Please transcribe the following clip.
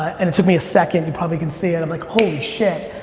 and it took me a second. you probably can see it. i'm like holy shit.